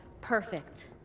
perfect